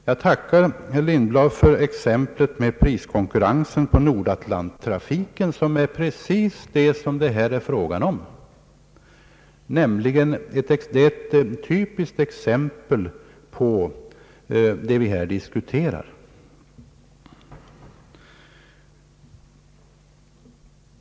Jag tackar herr Lindblad för exemplet om priskonkurrensen på Nordatlanttrafiken; det är nämligen ett utmärkt exempel på sådant som vi här diskuterar.